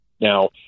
Now